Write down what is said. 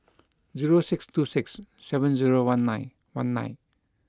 zero six two six seven zero one nine one nine